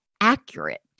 accurate